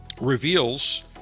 reveals